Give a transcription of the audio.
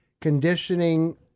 conditioning